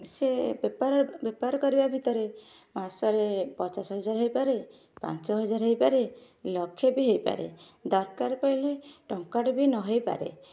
ସେ ବେପାର ବେପାର କରିବା ଭିତରେ ମାସରେ ପଚାଶ ହଜାର ହେଇପାରେ ପାଞ୍ଚ ହଜାର ହେଇପାରେ ଲକ୍ଷେ ବି ହେଇପାରେ ଦରକାର ପଡ଼ିଲେ ଟଙ୍କାଟେ ବି ନ ହେଇପାରେ